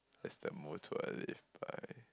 that's the motto I live by